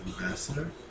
Ambassador